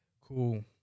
cool